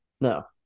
No